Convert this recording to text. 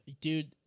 Dude